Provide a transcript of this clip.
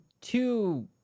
two